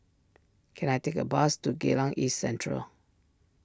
can I take a bus to Geylang East Central